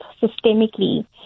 systemically